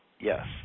yes